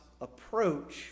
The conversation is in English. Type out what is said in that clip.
approach